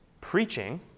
Preaching